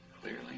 clearly